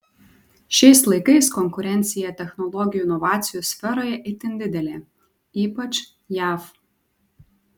šiais laikais konkurencija technologijų inovacijų sferoje itin didelė ypač jav